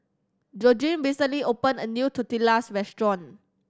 Georgene recently opened a new Tortillas Restaurant